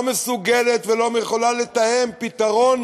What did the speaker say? לא מסוגלת ולא יכולה לתאם פתרון,